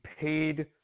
paid